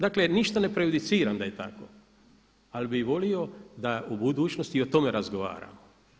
Dakle, ništa ne prejudiciram da je tako, ali bih volio da u budućnosti i o tome razgovaramo.